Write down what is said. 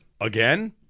again